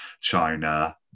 China